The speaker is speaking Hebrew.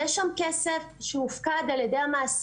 יש שם כסף שהופקד על ידי המעסיקים,